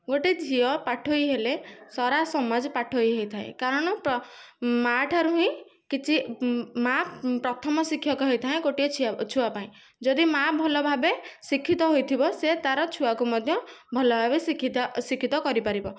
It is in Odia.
ଗୋଟିଏ ଝିଅ ପାଠୋଇ ହେଲେ ସରା ସମାଜ ପାଠୋଇ ହୋଇଥାଏ କାରଣ ମା' ଠାରୁ ହିଁ କିଛି ମା' ପ୍ରଥମ ଶିକ୍ଷକ ହୋଇଥାଏ ଗୋଟିଏ ଝିଅ ଛୁଆ ପାଇଁ ଯଦି ମା ଭଲ ଭାବେ ଶିକ୍ଷିତ ହୋଇଥିବ ସେ ତାର ଛୁଆ ଙ୍କୁ ମଧ୍ୟ ଭଲ ଭାବେ ଶିକ୍ଷିତ ଶିକ୍ଷିତ କରିପାରିବ